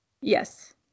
Yes